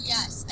Yes